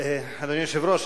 אדוני היושב-ראש,